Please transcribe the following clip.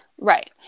Right